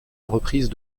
reprise